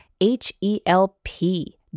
H-E-L-P